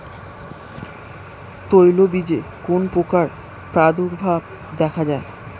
তৈলবীজে কোন পোকার প্রাদুর্ভাব দেখা যায়?